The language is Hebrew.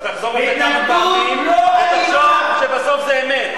אתה תחזור על זה כמה פעמים ותחשוב בסוף שזה אמת.